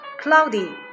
Cloudy